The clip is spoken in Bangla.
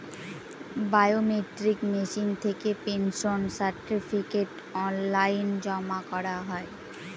বায়মেট্রিক মেশিন থেকে পেনশন সার্টিফিকেট অনলাইন জমা করা হয়